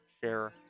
share